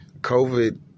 COVID